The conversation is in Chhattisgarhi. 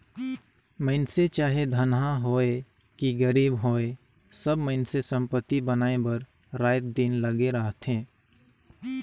मइनसे चाहे धनहा होए कि गरीब होए सब मइनसे संपत्ति बनाए बर राएत दिन लगे रहथें